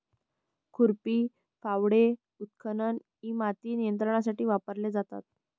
खुरपी, फावडे, उत्खनन इ माती नियंत्रणासाठी वापरले जातात